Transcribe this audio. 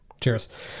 Cheers